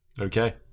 Okay